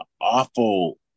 awful